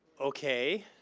okay.